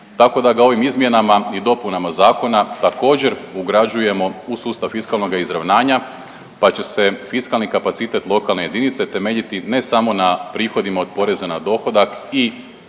tako da ga ovim izmjenama i dopunama zakona također ugrađujemo u sustav fiskalnoga izravnanja pa će se fiskalni kapacitet lokalne jedinice temeljiti ne samo na prihodima od poreza na dohodak i